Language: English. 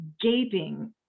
gaping